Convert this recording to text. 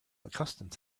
accustomed